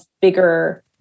bigger